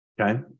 Okay